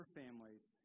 families